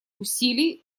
усилий